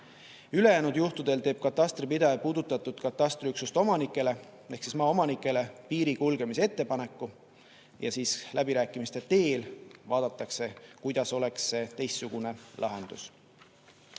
Ülejäänud juhtudel teeb katastripidaja puudutatud katastriüksuse omanikele ehk maaomanikele piiri kulgemise ettepaneku ja siis läbirääkimiste teel vaadatakse, milline oleks teistsugune lahendus.